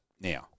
now